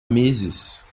meses